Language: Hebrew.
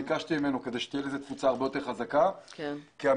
ביקשתי ממנו כדי שתהיה לזה תפוצה הרבה יותר חזקה כי המיקום